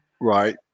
Right